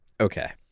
Okay